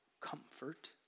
comfort